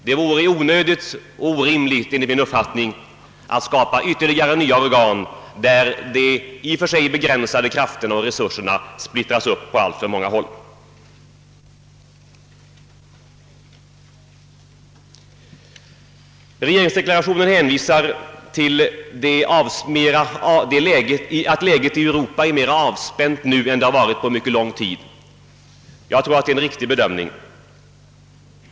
Det vore, enligt min uppfattning, onödigt att skapa ytterligare organ där de i och för sig begränsade krafterna och resurserna splittras på alltför många områden. Regeringsdeklarationen hänvisar till att läget i Europa är mera avspänt nu än det varit på mycket lång tid. Jag tror att det är en riktig bedömning.